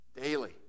Daily